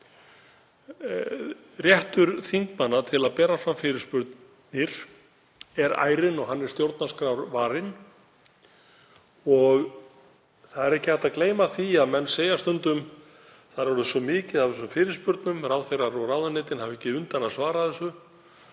Réttur þingmanna til að bera fram fyrirspurnir er ærinn. Hann er stjórnarskrárvarinn. Það er ekki hægt að gleyma því að menn segja stundum: Það er orðið svo mikið af þessum fyrirspurnum, ráðherrar og ráðuneytin hafa ekki undan að svara þessu.